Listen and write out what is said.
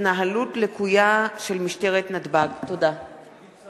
התנהלות לקויה של משטרת נתב"ג, הצעת